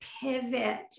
pivot